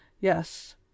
Yes